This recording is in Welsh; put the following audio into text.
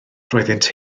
roeddynt